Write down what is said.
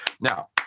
now